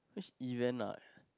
even like